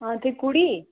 हां ते कुड़ी